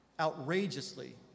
outrageously